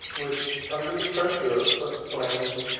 which, under the pressure of such calamities,